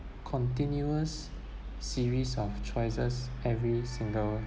continuous series of choices every single